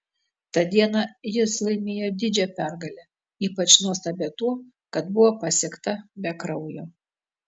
tą dieną jis laimėjo didžią pergalę ypač nuostabią tuo kad buvo pasiekta be kraujo